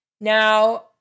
Now